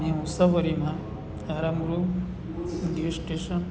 મેં મુસાફરીમાં જા મુરવું ગેસ સ્ટેશન